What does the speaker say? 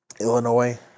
Illinois